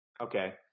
Okay